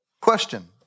question